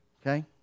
Okay